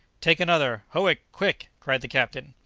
take another, howick quick! cried the captain.